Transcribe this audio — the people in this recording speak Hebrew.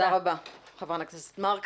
תודה רבה, חברת הכנסת מארק.